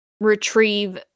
...retrieve